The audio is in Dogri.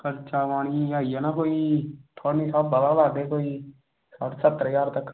अच्छा में आई जाना कोई तुसें गी अग्गें पता गै सत्तर ज्हार तगर